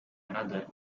another